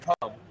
come